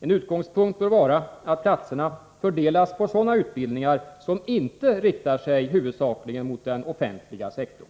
En utgångs 24 maj 1984 punkt bör vara att platserna fördelas på sådana utbildningar som inte riktar sig huvudsakligen mot den offentliga sektorn.